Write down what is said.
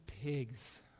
pigs